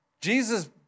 Jesus